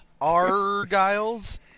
Argyles